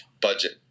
budget